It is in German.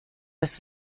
dass